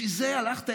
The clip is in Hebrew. בשביל זה הלכת?